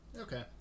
Okay